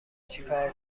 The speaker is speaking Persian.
چیکار